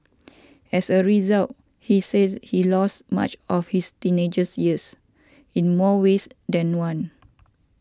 as a result he said he lost much of his teenagers years in more ways than one